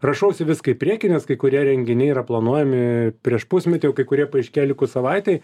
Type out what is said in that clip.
rašausi viską į priekį nes kai kurie renginiai yra planuojami prieš pusmetį o kai kurie paaiškėja likus savaitei